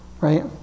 Right